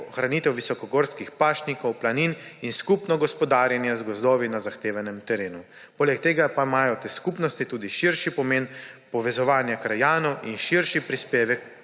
ohranitev visokogorskih pašnikov, planin in skupno gospodarjenje z gozdovi na zahtevanem terenu. Poleg tega pa imajo te skupnosti tudi širši pomen povezovanja krajanov in širši prispevek